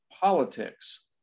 politics